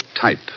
type